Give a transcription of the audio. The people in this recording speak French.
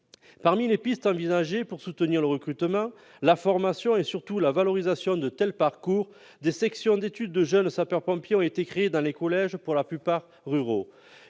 Parmi les pistes envisagées pour soutenir le recrutement, la formation et, surtout, la valorisation de tels parcours, des sections d'études pour jeunes sapeurs-pompiers ont été créées dans des collèges, pour la plupart ruraux.